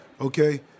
okay